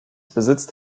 besitzt